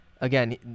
again